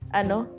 ano